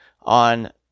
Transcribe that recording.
on